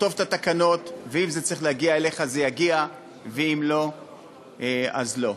נכתוב את התקנות ואם זה צריך להגיע אליך זה יגיע ואם לא אז לא.